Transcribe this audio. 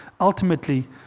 ultimately